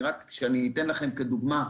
אני רק אתן לכם כדוגמה: